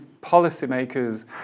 policymakers